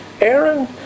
Aaron